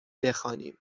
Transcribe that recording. بخوانیم